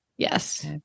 Yes